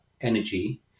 energy